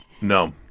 No